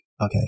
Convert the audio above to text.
okay